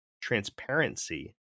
transparency